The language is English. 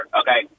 okay